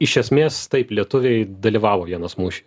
iš esmės taip lietuviai dalyvavo vienos mūšyje